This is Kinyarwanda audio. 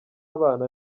abana